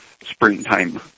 springtime